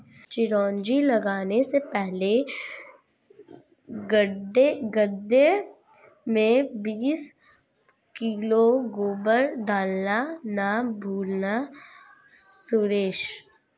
चिरौंजी लगाने से पहले गड्ढे में बीस किलो गोबर डालना ना भूलना सुरेश